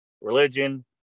religion